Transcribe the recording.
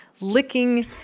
licking